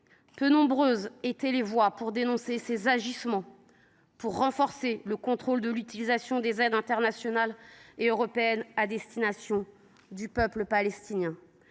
peu nombreuses ont été les voix à s’élever pour dénoncer ses agissements ou pour renforcer le contrôle de l’utilisation des aides internationales et européennes à destination du peuple palestinien.